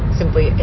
simply